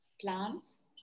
plants